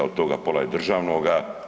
Od toga pola je državnoga.